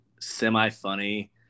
semi-funny